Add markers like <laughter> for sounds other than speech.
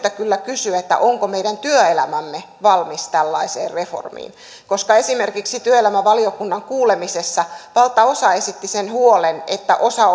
syytä kyllä kysyä onko meidän työelämämme valmis tällaiseen reformiin koska esimerkiksi työelämävaliokunnan kuulemisessa valtaosa esitti sen huolen että osa <unintelligible>